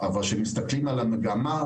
אבל כשמסתכלים על המגה,